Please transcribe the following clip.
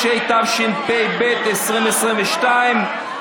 התשפ"ב 2022,